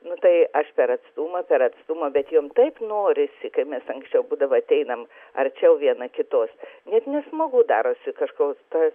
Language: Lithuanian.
nu tai aš per atstumą per atstumą bet jom taip norisi kai mes anksčiau būdavo ateinam arčiau viena kitos net nesmagu darosi kažko ta